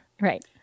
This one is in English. Right